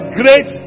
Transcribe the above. great